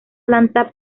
planta